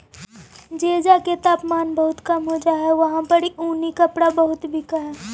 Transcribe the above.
जेजा के तापमान बहुत कम हो जा हई उहाँ पड़ी ई उन्हीं कपड़ा बहुत बिक हई